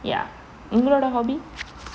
ya உங்களுடைய:ungaludeiya hobby